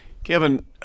Kevin